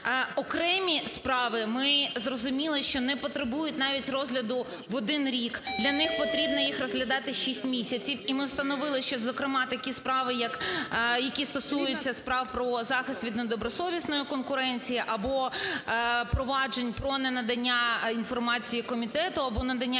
Окремі справи ми зрозуміли, що не потребують навіть розгляду в 1 рік, для них потрібно їх розглядати 6 місяців. І ми встановили, що, зокрема, такі справи, які стосуються справ про захист від недобросовісної конкуренції або проваджень про ненадання інформації комітету, або надання інформації